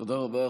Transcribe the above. תודה רבה.